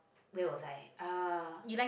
where was I uh